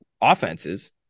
offenses